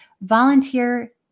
volunteer